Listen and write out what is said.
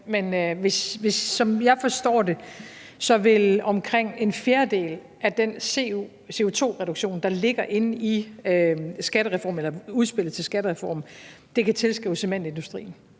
Men som jeg forstår det, kan omkring en fjerdedel af den CO2-reduktion, der ligger i udspillet til skattereform, tilskrives cementindustrien,